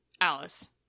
Alice